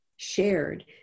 Shared